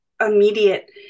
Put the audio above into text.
immediate